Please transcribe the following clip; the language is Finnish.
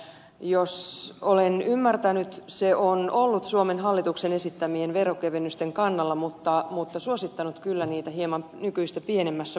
jos olen ymmärtänyt se on ollut suomen hallituksen esittämien veronkevennysten kannalla mutta suosittanut kyllä niitä hieman nykyistä pienemmässä muodossa